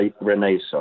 Renaissance